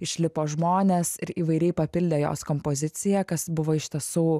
išlipo žmonės ir įvairiai papildė jos kompoziciją kas buvo iš tiesų